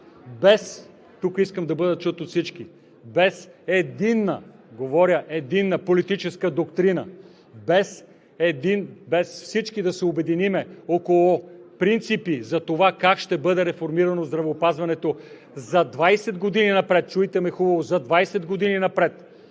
без – тук искам да бъда чут от всички, единна – говоря, единна политическа доктрина, без всички да се обединим около принципи за това как ще бъде реформирано здравеопазването за 20 години напред – чуйте ме хубаво, за 20 години напред.